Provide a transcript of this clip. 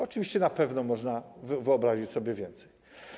Oczywiście na pewno można wyobrazić sobie więcej.